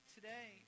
Today